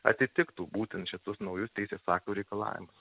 atitiktų būtent šitus naujus teisės aktų reikalavimus